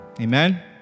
Amen